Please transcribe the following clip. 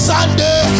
Sunday